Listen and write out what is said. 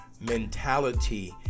mentality